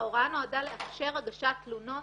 ההוראה נועדה לאפשר הגשת תלונות,